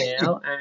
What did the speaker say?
now